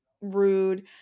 rude